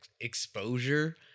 exposure